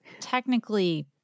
technically